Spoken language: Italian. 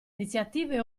iniziative